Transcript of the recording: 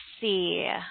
see